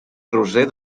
roser